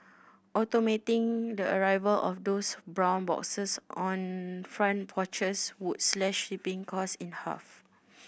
automating the arrival of those brown boxes on front porches would slash shipping cost in half